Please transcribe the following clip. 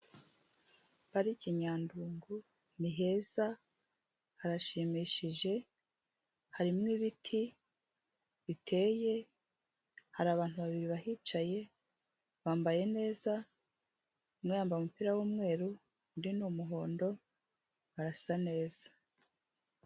Parike Nyandungu, ni heza, harashimishije, harimo ibiti biteye, hari abantu babiri bahicaye, bambaye neza, umwe yambaye umupira w'umweru, undi ni umuhondo, barasa neza.